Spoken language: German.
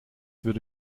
würde